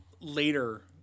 later